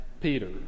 Peter